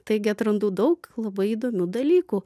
taigi atrandu daug labai įdomių dalykų